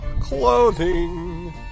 clothing